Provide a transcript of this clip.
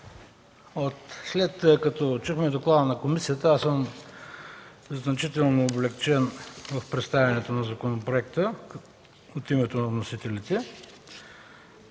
След като чухме доклада на комисията, аз съм значително облекчен в представянето на законопроекта от името на вносителите.